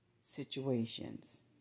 situations